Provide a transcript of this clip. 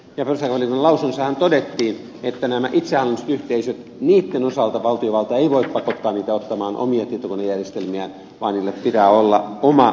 perustuslakivaliokunnan lausunnossahan todettiin että näiden itsehallinnollisten yhteisöjen osalta valtiovalta ei voi pakottaa niitä ottamaan omia tietokonejärjestelmiä vaan niillä pitää olla oma harkintavaltansa